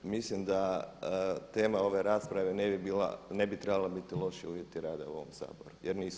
Mislim da tema ove rasprave ne bi trebala biti loši uvjeti rada u ovom Saboru jer nisu.